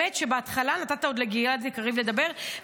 שבהתחלה נתת לגלעד קריב לדבר,